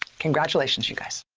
congratulations you guys.